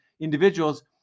individuals